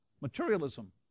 Materialism